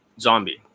zombie